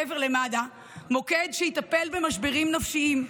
מעבר למד"א זהו מוקד שיטפל במשברים נפשיים,